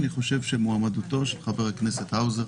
אני חושב שמועמדותו של חבר הכנסת האוזר